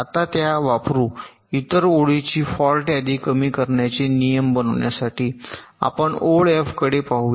आता त्या वापरू इतर ओळींची फॉल्ट यादी कमी करण्याचे नियम बनवण्यासाठी आपण ओळ एफ कडे पाहूया